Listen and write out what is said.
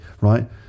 right